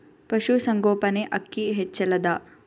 ಪಶುಸಂಗೋಪನೆ ಅಕ್ಕಿ ಹೆಚ್ಚೆಲದಾ?